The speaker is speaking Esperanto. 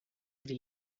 pri